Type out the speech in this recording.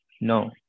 No